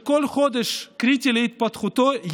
שכל חודש קריטי להתפתחותו,